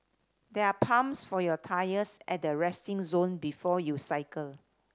there are pumps for your tyres at the resting zone before you cycle